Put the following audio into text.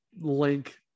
link